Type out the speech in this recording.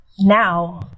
now